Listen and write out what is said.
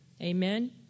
Amen